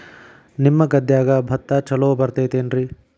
ನಿಮ್ಮ ಗದ್ಯಾಗ ಭತ್ತ ಛಲೋ ಬರ್ತೇತೇನ್ರಿ?